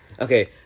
Okay